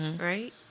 Right